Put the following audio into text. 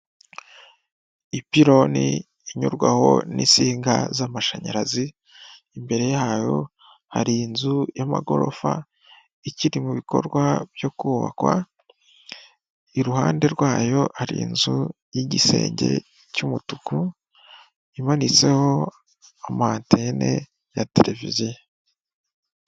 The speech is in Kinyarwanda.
Ipironi inyurwaho n'insinga z'amashanyarazi, imbere yayo hari inzu y'amagorofa, ikiri mu bikorwa byo kubakwa, iruhande rwayo hari inzu y'igisenge cy'umutuku imanitseho amantene ya televiziyo.